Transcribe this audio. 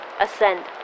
Ascend